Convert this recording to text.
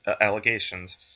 allegations